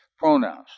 pronouns